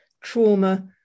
trauma